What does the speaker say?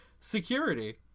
Security